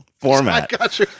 format